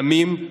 קמים,